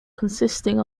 consisting